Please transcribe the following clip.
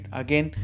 again